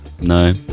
No